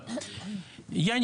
איזבלה קרקיס שעוקבת אחרי הפרסומים,